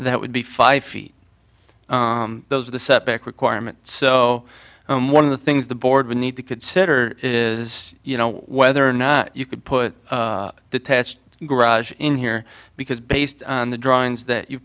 that would be five feet those are the setback requirements so one of the things the board would need to consider is you know whether or not you could put detached garage in here because based on the drawings that you